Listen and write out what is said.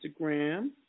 Instagram